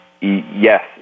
yes